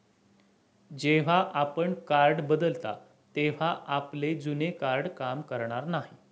जेव्हा आपण कार्ड बदलता तेव्हा आपले जुने कार्ड काम करणार नाही